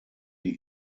die